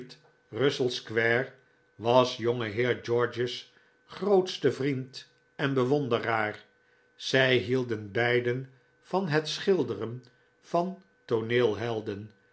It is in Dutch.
russell square was jongeheer george's grootste vriend en bewonderaar zij hielden beiden van het schilderen van